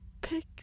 pick